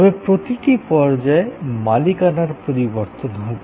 তবে প্রতিটি পর্যায়ে মালিকানার পরিবর্তন হবে